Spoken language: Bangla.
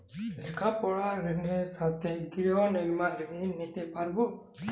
লেখাপড়ার ঋণের সাথে গৃহ নির্মাণের ঋণ নিতে পারব?